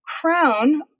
crown